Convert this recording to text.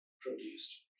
produced